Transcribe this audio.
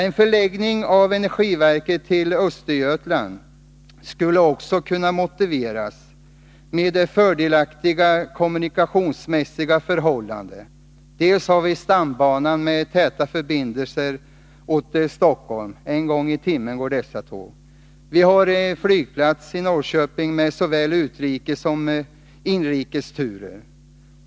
En förläggning av energiverket till Östergötland skulle också kunna motiveras med de fördelaktiga kommunikationsmässiga förhållandena. Vi har stambanan med täta förbindelser till Stockholm — en gång i timmen går dessa tåg. Vi har en flygplats i Norrköping med såväl utrikessom inrikesturer.